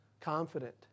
confident